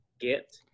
get